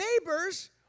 Neighbors